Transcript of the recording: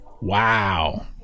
Wow